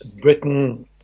Britain